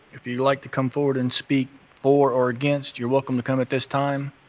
if you'd like to come forward and speak for or against, you're welcome to come at this time.